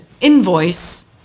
invoice